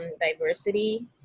diversity